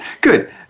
good